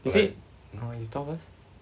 is it oh you talk first